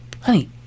Honey